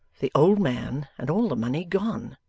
the old man, and all the money gone,